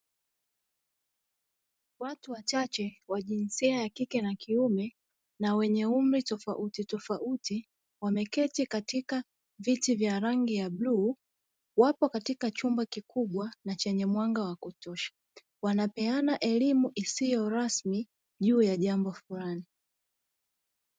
Watu wachache wa jinsia ya kike na kiume na wenye umri tofauti tofauti wameketi katika viti vya rangi ya bluu, wapo katika chumba kikubwa na chenye mwanga wa kutosha wanapeana elimu isiyo rasmi juu ya jambo fulani.